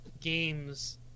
games